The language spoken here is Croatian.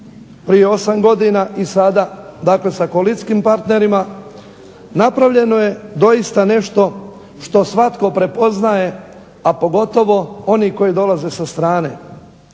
prije 8 godina i do sada sa koalicijskim partnerima napravljeno je doista nešto što svatko prepoznaje a pogotovo oni koji dolaze sa strane.